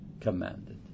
commanded